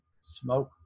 smoke